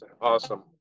Awesome